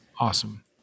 Awesome